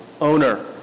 owner